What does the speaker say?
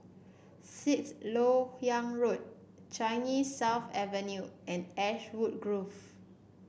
Sixth LoK Yang Road Changi South Avenue and Ashwood Grove